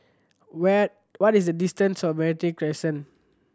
where what is the distance to Meranti Crescent